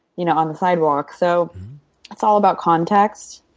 you know, on the sidewalk. so it's all about context.